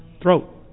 throat